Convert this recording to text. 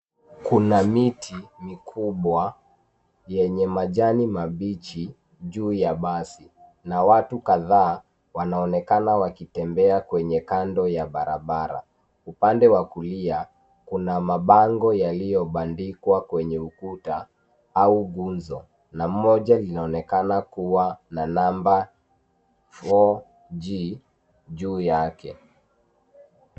Kuna miti, mikubwa, yenye majani ya mabichi, juu ya mabasi, na watu kadhaa, wanaonekana wakitembea kwenye, kando ya barabara, upande wa kulia, kuna mabango yaliyobandikwa kwenye ukuta, au nguzo, na moja linaonekana kuwa na namba 4G, juu yake.